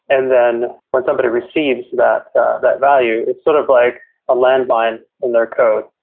and then when somebody receives that that value, it's sort of like a landmine in their code.